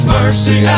mercy